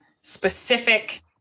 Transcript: specific